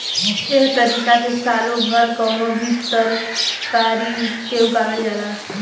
एह तारिका से सालो भर कवनो भी तरकारी के उगावल जाला